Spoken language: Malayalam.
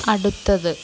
അടുത്തത്